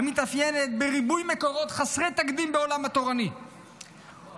מתאפיינת בריבוי מקורות חסרי תקדים בעולם התורני ובהקפת